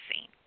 scene